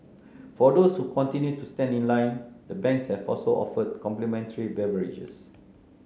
for those who continue to stand in line the banks have also offered complimentary beverages